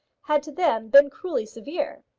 had to them been cruelly severe.